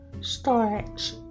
storage